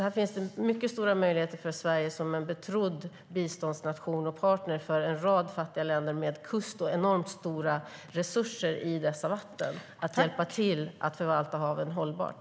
Här finns det alltså mycket stora möjligheter för Sverige, som en betrodd biståndsnation och partner för en rad fattiga länder med kust och enormt stora resurser i dessa vatten, att hjälpa till att förvalta haven hållbart.